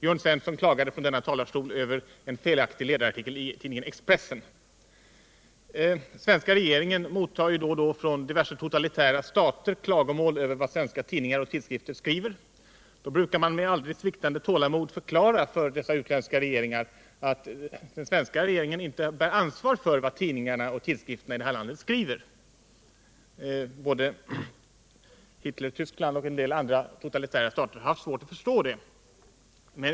Jörn Svensson klagade från denna talarstol över en felaktig ledarartikel i tidningen Expressen. Svenska regeringen mottar då och då från diverse totalitära stater klagomål över vad svenska tidningar och tidskrifter skriver. Då brukar man med aldrig sviktande tålamod förklara för regeringarna i dessa länder att den svenska regeringen inte bär ansvaret för vad tidningarna och tidskrifterna i vårt land skriver. Både Hitlertyskland och andra totalitära stater har haft svårt att förstå det.